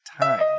time